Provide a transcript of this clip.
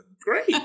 Great